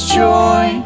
joy